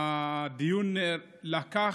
הדיון לקח,